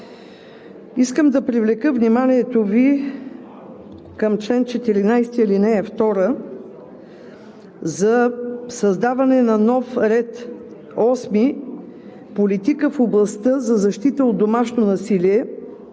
Искам да привлека вниманието Ви към чл. 14, ал. 2 за създаване на нов ред осми – политика в областта за защита от домашно насилие,